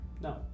No